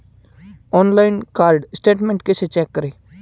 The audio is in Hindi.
ऑनलाइन कार्ड स्टेटमेंट कैसे चेक करें?